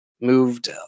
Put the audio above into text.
moved